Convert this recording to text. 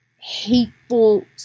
hateful